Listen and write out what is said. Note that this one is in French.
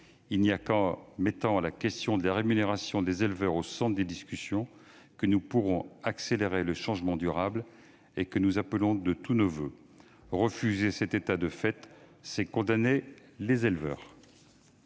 seulement en mettant la question de la rémunération des éleveurs au centre des discussions que nous pourrons accélérer le changement durable que nous appelons de tous nos voeux. Refuser cet état de fait, c'est condamner nos éleveurs.